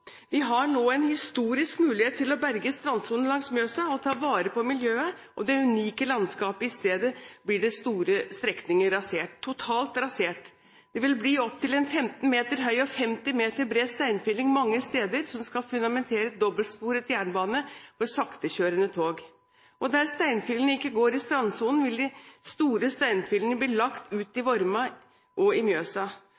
Vi har nå en historisk mulighet til å berge strandsonen langs Mjøsa og ta vare på miljøet og det unike landskapet. Isteden blir store strekninger rasert, totalt rasert. Det vil bli opptil en 15 meter høy og 50 meter bred steinfylling mange steder som skal fundamentere dobbeltsporet jernbane for saktekjørende tog. Der steinfyllingen ikke går i strandsonen, vil de store steinfyllingene bli lagt ut i